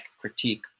critique